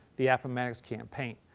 the appomattox campaign.